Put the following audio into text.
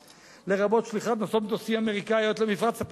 ולרבות שליחת נושאות מטוסים אמריקניות למפרץ הפרסי.